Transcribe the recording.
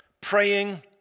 praying